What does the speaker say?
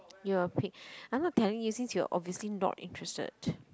you are a pig I'm not telling you since you're obviously not interested